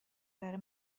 برای